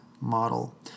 model